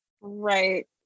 Right